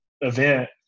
event